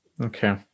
okay